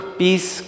peace